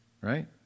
right